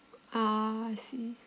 ah I see